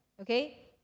Okay